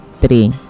three